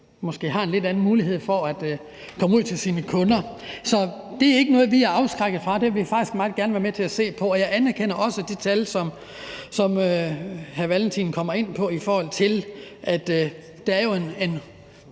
måske har en lidt anden mulighed for at komme ud til sine kunder. Så det er ikke noget, vi er afskrækket af. Det vil vi faktisk meget gerne være med til at se på. Jeg anerkender også de tal, som hr. Carl Valentin kommer ind på. Der er jo en